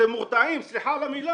אתם מורתעים, סליחה על המילה.